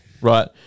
right